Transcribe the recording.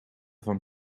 van